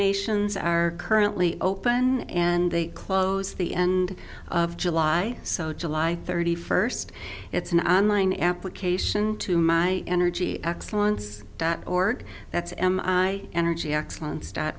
nominations are currently open and they close the end of july so july thirty first it's an on line application to my energy excellence dot org that's energy excellence dot